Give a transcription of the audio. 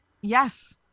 Yes